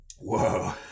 Whoa